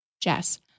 Jess